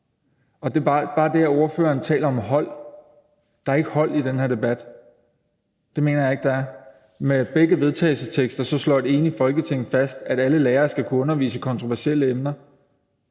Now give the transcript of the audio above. og det er bare det, at ordføreren taler om hold. Der er ikke hold i den her debat. Det mener jeg ikke der er. Med begge vedtagelsestekster slår et enigt Folketing fast, at alle lærere skal kunne undervise i kontroversielle emner,